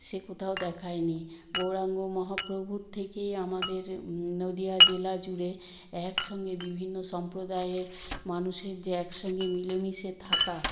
সে কোথাও দেখায় নি গৌরাঙ্গ মহাপ্রভুর থেকেই আমাদের নদীয়া জেলা জুড়ে একসঙ্গে বিভিন্ন সম্প্রদায়ের মানুষের যে একসঙ্গে মিলেমিশে থাকা